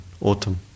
autumn